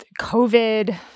COVID